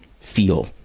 feel